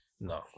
No